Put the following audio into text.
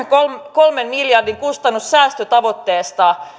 kolmen miljardin kustannussäästötavoitteesta